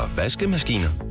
vaskemaskiner